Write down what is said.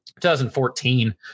2014